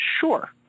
Sure